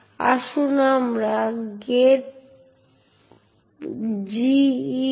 সুতরাং আসুন আমরা ইউনিক্স সিস্টেমে নেটওয়ার্ক পারমিশনগুলি দেখি